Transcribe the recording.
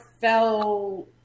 fell